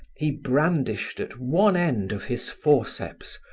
he brandished at one end of his forceps,